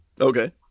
Okay